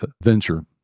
venture